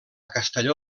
castelló